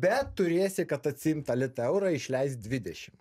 bet turėsi kad atsiimt tą litą eurą išleist dvidešim